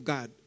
God